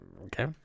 okay